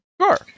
Sure